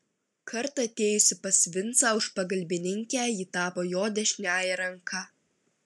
kartą atėjusi pas vincą už pagalbininkę ji tapo jo dešiniąja ranka